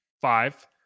five